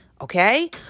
okay